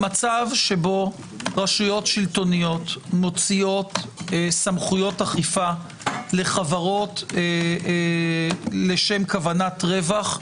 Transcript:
המצב שבו רשויות שלטוניות מוציאות סמכויות אכיפה לחברות לשם כוונת רווח,